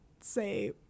say